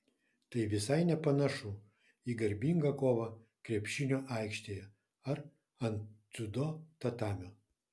tai visai nepanašu į garbingą kovą krepšinio aikštėje ar ant dziudo tatamio